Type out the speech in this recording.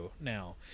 now